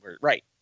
Right